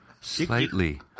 slightly